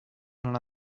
non